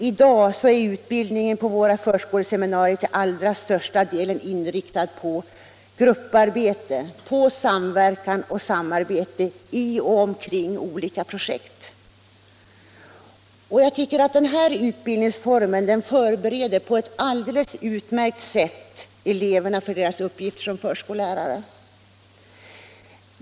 I dag är utbildningen på våra förskoleseminarier till allra största delen inriktad på grupparbete, samverkan och samarbete i och omkring olika projekt. Jag tycker att denna utbildningsform på ett alldeles utmärkt sätt förbereder eleverna för deras uppgifter som förskolelärare.